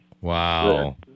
Wow